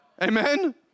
Amen